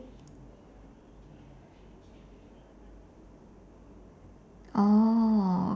oh